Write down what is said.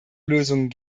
lösungen